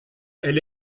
elle